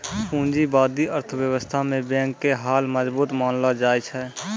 पूंजीबादी अर्थव्यवस्था मे बैंक के हाल मजबूत मानलो जाय छै